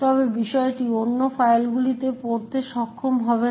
তবে এই বিষয়টি অন্য ফাইলগুলি পড়তে সক্ষম হবে না